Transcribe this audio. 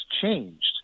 changed